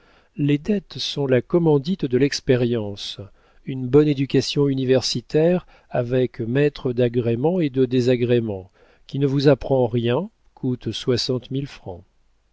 les dettes sont la commandite de l'expérience une bonne éducation universitaire avec maîtres d'agréments et de désagréments qui ne vous apprend rien coûte soixante mille francs